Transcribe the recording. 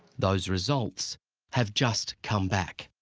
those results have just come back.